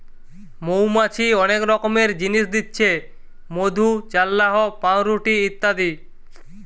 মৌমাছি অনেক রকমের জিনিস দিচ্ছে মধু, চাল্লাহ, পাউরুটি ইত্যাদি